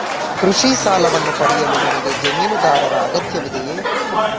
ಕೃಷಿ ಸಾಲವನ್ನು ಪಡೆಯಲು ನನಗೆ ಜಮೀನುದಾರರ ಅಗತ್ಯವಿದೆಯೇ?